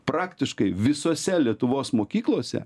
praktiškai visose lietuvos mokyklose